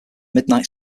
midnight